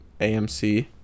amc